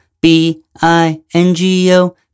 B-I-N-G-O